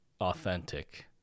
authentic